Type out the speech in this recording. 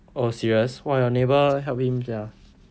oh serious !wah! your neighbour helped him join